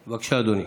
בבקשה, אדוני.